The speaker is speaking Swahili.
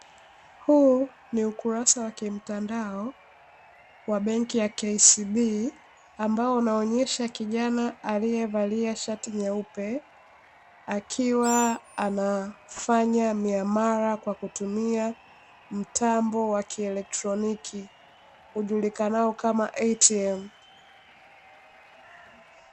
Huu ni ukurasa wa kimtandao wa benki ya "KCB", ambao unaonyesha kijana aliyevalia shati nyeupe, akiwa anafanya miamala kwa kutumia mtambo wa kieletroniki ujulikanao kama "ATM.